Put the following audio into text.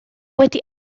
wedi